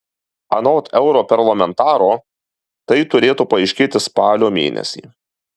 anot europarlamentaro tai turėtų paaiškėti spalio mėnesį